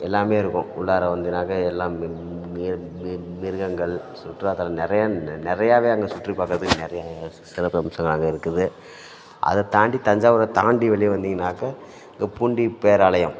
எல்லாமே இருக்கும் உள்ளார வந்தீங்கன்னாக்கால் எல்லாம் மிர் மிர் மிருகங்கள் சுற்றுலாத்தலம் நிறைய நெ நிறையாவே அங்கே சுற்றிப் பார்க்கறதுக்கு நிறைய சிறப்பம்சங்கள் அங்கே இருக்குது அதைத் தாண்டி தஞ்சாவூரை தாண்டி வெளியே வந்தீங்கன்னாக்கால் இங்கே பூண்டி பேராலயம்